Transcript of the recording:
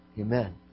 Amen